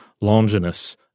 Longinus